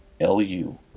L-U